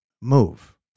move